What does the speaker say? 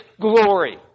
glory